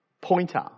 pointer